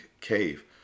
cave